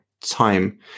time